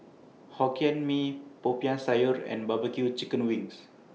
Hokkien Mee Popiah Sayur and Barbecue Chicken Wings